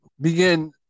begin